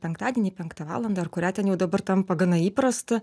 penktadienį penktą valandą ar kurią ten jau dabar tampa gana įprasta